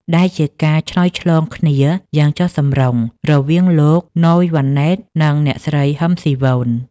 ដែលជាការឆ្លើយឆ្លងគ្នាយ៉ាងចុះសម្រុងរវាងលោក ណូយ វ៉ាន់ណេត និងអ្នកស្រី ហ៊ឹម ស៊ីវន។